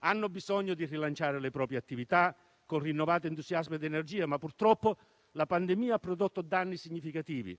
Hanno bisogno di rilanciare le proprie attività con rinnovato entusiasmo ed energia, ma la pandemia ha purtroppo prodotto danni significativi.